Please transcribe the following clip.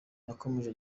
yakomeje